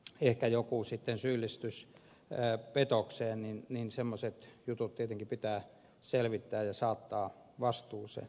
ja semmoiset jutut joissa ehkä joku sitten syyllistyisi petokseen tietenkin pitää selvittää ja saattaa asianomainen vastuuseen